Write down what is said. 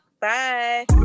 bye